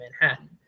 Manhattan